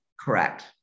Correct